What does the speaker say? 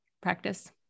practice